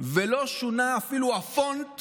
ולא שונה אפילו הפונט